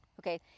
okay